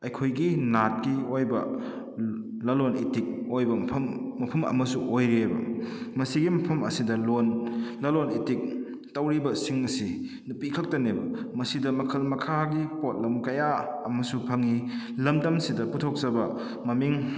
ꯑꯩꯈꯣꯏꯒꯤ ꯅꯥꯠꯀꯤ ꯑꯣꯏꯕ ꯂꯂꯣꯟ ꯏꯇꯤꯛ ꯑꯣꯏꯕ ꯃꯐꯝ ꯃꯐꯝ ꯑꯃꯁꯨ ꯑꯣꯏꯔꯤꯑꯕ ꯃꯁꯤꯒꯤ ꯃꯐꯝ ꯑꯁꯤꯗ ꯂꯣꯟ ꯂꯂꯣꯟ ꯏꯇꯤꯛ ꯇꯧꯔꯤꯕꯁꯤꯡ ꯑꯁꯤ ꯅꯨꯄꯤ ꯈꯛꯇꯅꯦꯕ ꯃꯁꯤꯗ ꯃꯈꯜ ꯃꯈꯥꯒꯤ ꯄꯣꯠꯂꯝ ꯀꯌꯥ ꯑꯃꯁꯨ ꯐꯪꯏ ꯂꯝꯗꯝꯁꯤꯗ ꯄꯨꯊꯣꯛꯆꯕ ꯃꯃꯤꯡ